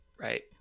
right